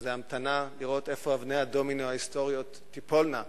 שזו המתנה לראות איפה אבני הדומינו ההיסטוריות תיפולנה,